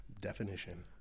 Definition